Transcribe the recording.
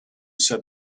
said